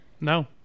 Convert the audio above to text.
No